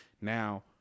now